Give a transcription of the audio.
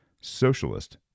socialist